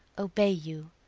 obey you,